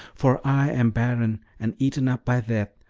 for i am barren and eaten up by death,